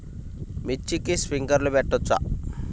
మిర్చికి స్ప్రింక్లర్లు పెట్టవచ్చా?